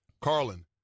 Carlin